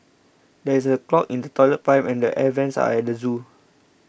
there is a clog in the Toilet Pipe and the Air Vents at the zoo